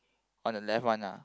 on the left one ah